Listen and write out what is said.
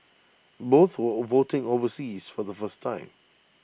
both were voting overseas for the first time